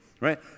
right